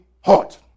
hot